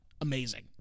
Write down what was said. Amazing